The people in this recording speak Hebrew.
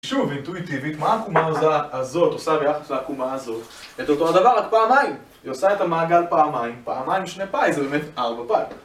שוב, אינטואיטיבית, מה העקומה הזאת עושה ביחס לעקומה הזאת? את אותו הדבר, רק פעמיים. היא עושה את המעגל פעמיים. פעמיים שני פאי, זה באמת ארבע פאי.